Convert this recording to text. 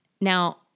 Now